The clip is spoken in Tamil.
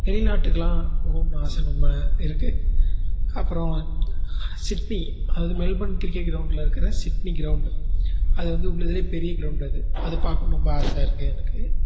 வெளிநாட்டுக்கெலாம் போகணும்ன்னு ஆசை ரொம்ப இருக்குது அப்புறோம் சிட்னி அது மெல்பர்ன் கிரிக்கெட் கிரௌண்டில் இருக்கிற சிட்னி கிரௌண்ட் அது வந்து உள்ளதிலயே பெரிய கிரிக்கெட் கிரௌண்ட் அது அதிய பார்க்கணும்னு ரொம்ப ஆசையாக இருக்குது எனக்கு